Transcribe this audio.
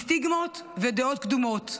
מסטיגמות ודעות קדומות,